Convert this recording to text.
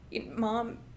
Mom